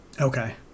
Okay